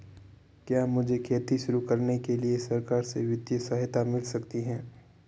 क्या मुझे खेती शुरू करने के लिए सरकार से वित्तीय सहायता मिल सकती है?